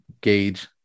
gauge